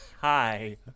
Hi